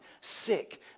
sick